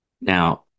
Now